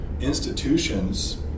institutions